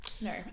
No